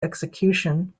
execution